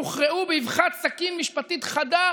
יוכרעו באבחת סכין משפטית חדה,